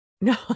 No